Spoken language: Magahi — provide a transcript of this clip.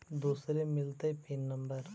दुसरे मिलतै पिन नम्बर?